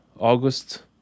August